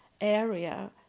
area